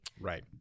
Right